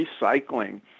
recycling